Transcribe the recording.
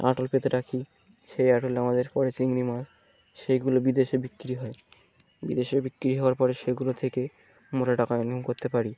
আটল পেতে রাকি সেই আটলে আমাদের পরে চিংড়ি মাছ সেইগুলো বিদেশে বিক্রি হয় বিদেশে বিক্রি হওয়ার পরে সেগুলো থেকে মোটা টাকা ইনকম কররে পারি